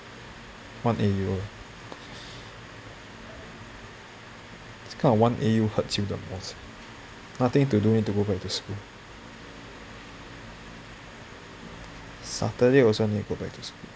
one A_U eh this kinda one A_U hurts you the most nothing to do then to go back to school saturday or sunday go back to school